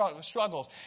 struggles